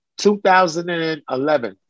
2011